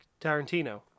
Tarantino